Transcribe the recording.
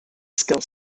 skill